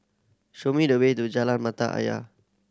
show me the way to Jalan Mata Ayer